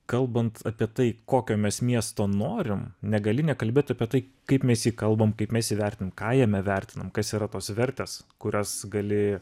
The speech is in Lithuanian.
kalbant apie tai kokio mes miesto norim negali nekalbėt apie tai kaip mes jį kalbam kaip mes jį vertinam ką jame vertinam kas yra tos vertės kurias gali